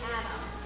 Adam